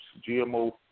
GMO